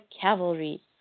cavalry